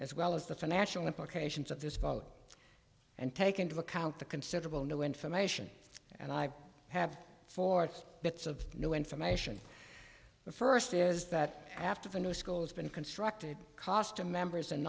as well as the financial implications of this vote and take into account the considerable new information and i have four bits of new information the first is that after the new schools been constructed cost to members and